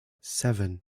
seven